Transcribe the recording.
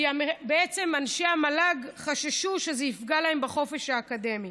כי בעצם אנשי המל"ג חששו שזה יפגע להם בחופש האקדמי.